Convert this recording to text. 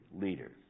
leaders